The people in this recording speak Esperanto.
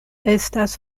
estas